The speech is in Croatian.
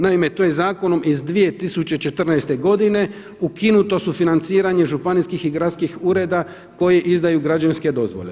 Naime, to je zakonom iz 2014. godine ukinuto sufinaniranje županijskih i gradskih ureda koji izdaju građevinske dozvole.